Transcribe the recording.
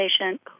patient